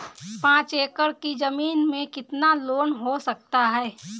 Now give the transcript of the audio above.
पाँच एकड़ की ज़मीन में कितना लोन हो सकता है?